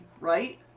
right